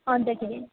अन्तखेरि